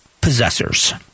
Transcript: possessors